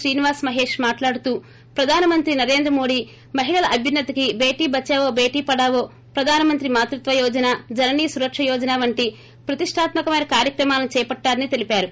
శ్రీనివాస మహేష్ మాట్లాడుతూ ప్రధానమంత్రి నరేంద్రమోడి మహిళల అభ్యున్న తికి బేటిబదావో బేటి పడావో ప్రధాన మంత్రి మాతృత్వ యోజన జననీ సురక్ష యోజన వంటి ప్రతిష్టత్మకమైన కార్యక్రమాలను చేపట్టారని తెల్పారు